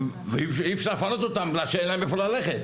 ואי אפשר לפנות אותם בגלל שאין להם לאיפה ללכת,